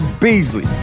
Beasley